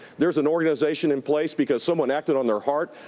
there's an organization in place because someone acted on their heart,